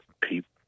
people